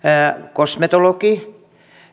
kosmetologi